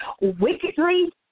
wickedly